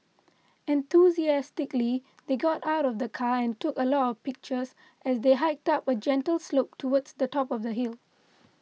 enthusiastically they got out of the car and took a lot of pictures as they hiked up a gentle slope towards the top of the hill